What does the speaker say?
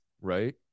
Right